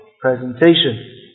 presentation